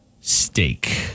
steak